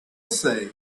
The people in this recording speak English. say